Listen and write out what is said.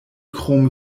krom